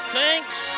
Thanks